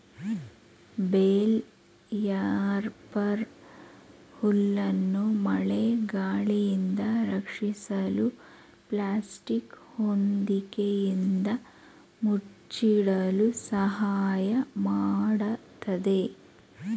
bale wrapper ಹುಲ್ಲನ್ನು ಮಳೆ ಗಾಳಿಯಿಂದ ರಕ್ಷಿಸಲು ಪ್ಲಾಸ್ಟಿಕ್ ಹೊದಿಕೆಯಿಂದ ಮುಚ್ಚಿಡಲು ಸಹಾಯ ಮಾಡತ್ತದೆ